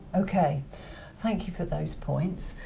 ok thank you for those points.